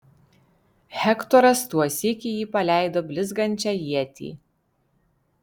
hektoras tuosyk į jį paleido blizgančią ietį